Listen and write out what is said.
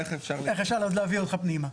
איך אפשר --- איך אפרש להביא אותך פנימה.